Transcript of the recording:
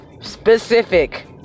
specific